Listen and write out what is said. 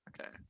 Okay